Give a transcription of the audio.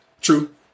True